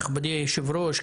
נכבדי היושב-ראש,